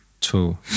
Two